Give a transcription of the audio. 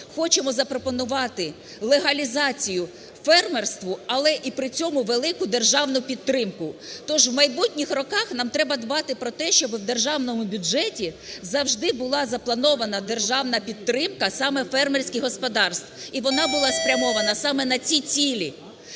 хочемо запропонувати легалізацію фермерству, але і при цьому велику державну підтримку. Тож в майбутніх роках нам треба дбати про те, щоб в державному бюджеті завжди була запланована державна підтримка саме фермерських господарств і вона була спрямована саме на ці цілі.